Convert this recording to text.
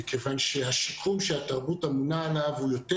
מכיוון שהשיקום שהתרבות אמונה עליו הוא יותר